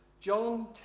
John